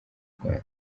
rwanda